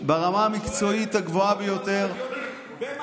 שר הביטחון --- לבחור את הרמטכ"ל --- לא נראה לך הגיוני?